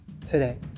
today